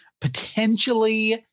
potentially